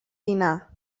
dinar